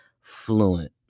fluent